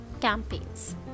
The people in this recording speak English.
campaigns